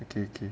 okay okay